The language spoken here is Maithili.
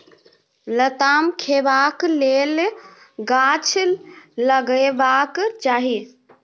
लताम खेबाक लेल गाछ लगेबाक चाही